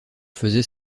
faisait